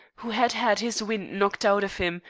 who had had his wind knocked out of him,